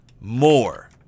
more